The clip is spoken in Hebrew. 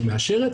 שמאשרת,